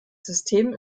system